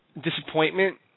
disappointment